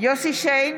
יוסף שיין,